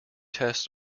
tests